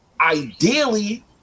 Ideally